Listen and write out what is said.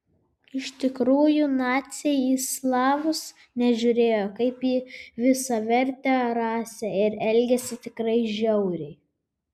iš tikrųjų naciai į slavus nežiūrėjo kaip į visavertę rasę ir elgėsi tikrai žiauriai